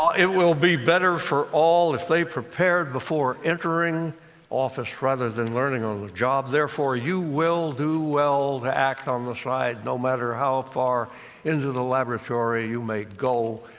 it will be better for all if they prepare before entering office rather than learning on the job. therefore you will do well to act on the side, no matter how far into the laboratory you may go,